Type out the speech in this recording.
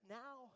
now